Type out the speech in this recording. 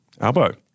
Albo